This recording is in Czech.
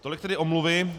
Tolik tedy omluvy.